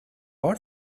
art